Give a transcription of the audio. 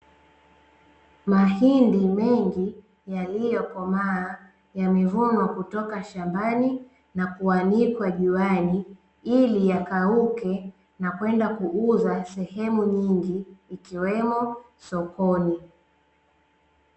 Mahidi mengi yaliyokomaa yamevunwa kutoka shambani na kuanikwa juani ili yakauke na kwenda kuuzwa sehemu nyingi, ikiwemo sokoni.